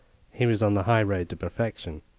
he was on the high road to perfection.